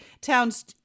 towns